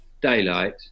daylight